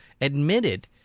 admitted